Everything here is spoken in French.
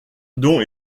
dont